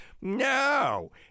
No